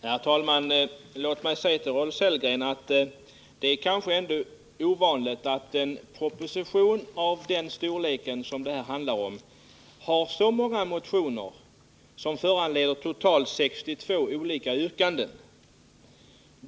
Herr talman! Låt mig säga till Rolf Sellgren att det är ovanligt att en proposition av den storlek som det här handlar om föranleder så många motioner och totalt 62 olika yrkanden.